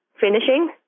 finishing